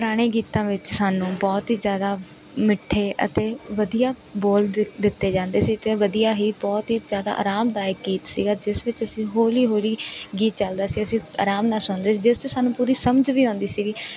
ਪੁਰਾਣੇ ਗੀਤਾਂ ਵਿੱਚ ਸਾਨੂੰ ਬਹੁਤ ਹੀ ਜ਼ਿਆਦਾ ਮਿੱਠੇ ਅਤੇ ਵਧੀਆ ਬੋਲ ਦਿ ਦਿੱਤੇ ਜਾਂਦੇ ਸੀ ਅਤੇ ਵਧੀਆ ਹੀ ਬਹੁਤ ਹੀ ਜ਼ਿਆਦਾ ਆਰਾਮਦਾਇਕ ਗੀਤ ਸੀਗਾ ਜਿਸ ਵਿੱਚ ਅਸੀਂ ਹੌਲੀ ਹੌਲੀ ਗੀਤ ਚੱਲਦਾ ਸੀ ਅਸੀਂ ਆਰਾਮ ਨਾਲ ਸੁਣਦੇ ਸੀ ਜਿਸ ਤੋਂ ਸਾਨੂੰ ਪੂਰੀ ਸਮਝ ਵੀ ਆਉਂਦੀ ਸੀਗੀ